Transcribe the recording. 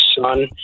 son